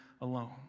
alone